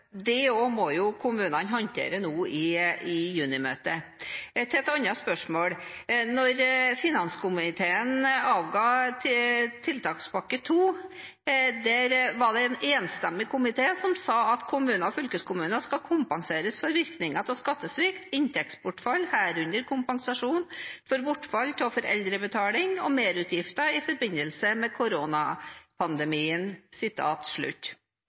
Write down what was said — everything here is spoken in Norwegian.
finanskomiteen avga tiltakspakke 2, var det en enstemmig komité som sa at «kommunene og fylkeskommunene skal kompenseres for virkningen av skattesvikt, inntektsbortfall, herunder kompensasjon for bortfall av foreldrebetaling, og merutgifter i forbindelse med koronapandemien».